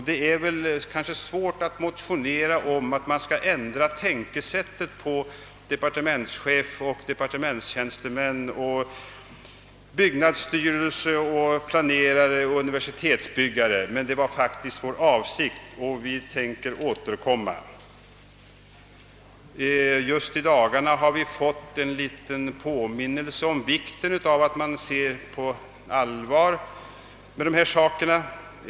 Det är kanske svårt att motionera om att departementschef och departementstjänstemän, <byggnadsstyrelseplanerare och universitetsbyggare skall ändra tänkesätt, men det har faktiskt varit vår avsikt, och vi ämnar återkomma. Just i dagarna har det kommit en påminnelse om vikten av att man ser med allvar på dessa saker.